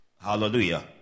Hallelujah